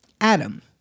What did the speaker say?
Adam